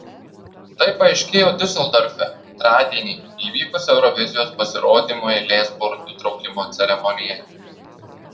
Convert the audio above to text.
tai paaiškėjo diuseldorfe antradienį įvykus eurovizijos pasirodymų eilės burtų traukimo ceremonijai